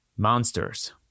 Monsters